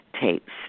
tapes